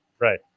Right